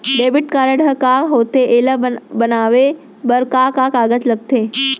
Debit card ह का होथे एला बनवाए बर का का कागज लगथे?